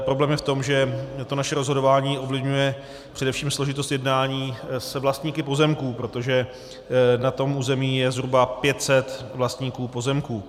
Problém je v tom, že naše rozhodování ovlivňuje především složitost jednání s vlastníky pozemků, protože na tom území je zhruba 500 vlastníků pozemků.